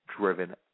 driven